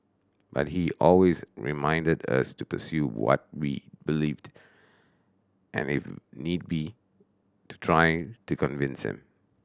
but he always reminded us to pursue what we believed and if need be to try to convince him